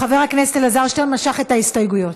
לא, חבר הכנסת אלעזר שטרן משך את ההסתייגויות.